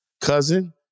cousin